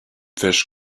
fish